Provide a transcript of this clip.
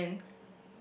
and